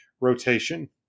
rotation